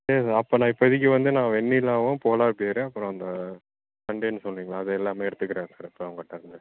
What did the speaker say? சரி சார் அப்போ நான் இப்போதிக்கு வந்து நான் வெண்ணிலாவும் போலார் பியரு அப்புறம் அந்த சண்டேன்னு சொன்னிங்களே அது எல்லாமே எடுத்துக்கறேன் சார் இப்போ உங்கிட்டேருந்து